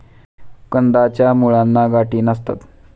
कंदाच्या मुळांना गाठी नसतात